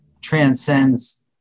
transcends